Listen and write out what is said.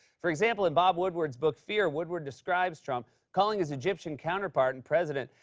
for example, in bob woodward's book fear, woodward describes trump calling his egyptian counterpart and president,